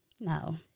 no